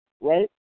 right